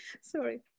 Sorry